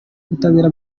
ubutabera